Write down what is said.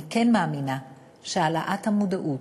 אני כן מאמינה שהעלאת המודעות,